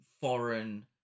foreign